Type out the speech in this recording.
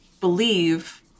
believe